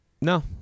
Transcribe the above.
no